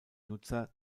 nutzer